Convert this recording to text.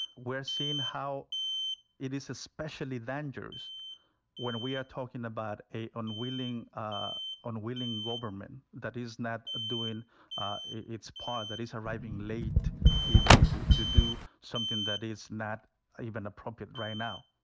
we're seein' how it is especially dangerous when we are talking about a unwilling ah unwilling government that is not doing its part, that is arriving late even to to do something that is not even appropriate right now.